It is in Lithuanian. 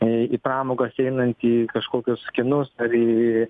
į į pramogas einant į kažkokius kinus ar į